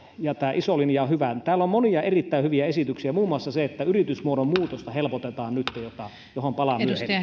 ja tämä iso linja on hyvä täällä on monia erittäin hyviä esityksiä muun muassa se että yritysmuodon muutosta nytten helpotetaan mihin palaan